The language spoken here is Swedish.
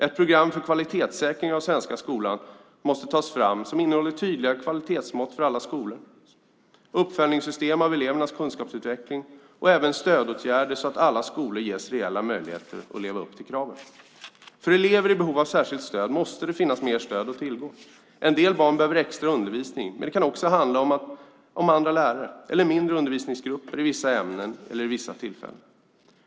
Ett program för kvalitetssäkring av den svenska skolan måste tas fram - ett program som innehåller tydliga kvalitetsmått för alla skolor, system för uppföljning av elevernas kunskapsutveckling och även stödåtgärder så att alla skolor ges reella möjligheter att leva upp till kraven. För elever i behov av särskilt stöd måste det finnas mer stöd att tillgå. En del barn behöver extra undervisning. Men det kan också handla om andra lärare eller om mindre undervisningsgrupper i vissa ämnen eller vid vissa tillfällen.